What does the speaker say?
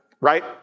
right